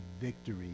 victory